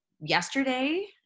yesterday